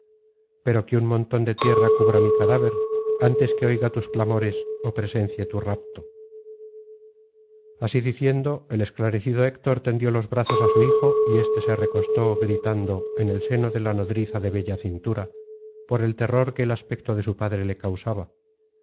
pero que un montón de tierra cubra mi cadáver antes que oiga tus clamores ó presencie tu rapto así diciehdo el esclarecido héctor tendió los brazos á su hijo y éste se recostó gritando en el seno de la nodriza de bella cintura por el terror que el aspecto de su padre le causaba